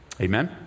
Amen